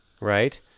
right